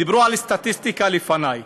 דיברו על הסטטיסטיקה לפני,